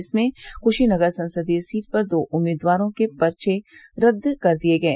जिसमें कुशीनगर संसदीय सीट पर दो उम्मीदवारों के पर्चे रद्द कर दिये गये